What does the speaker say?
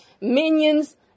minions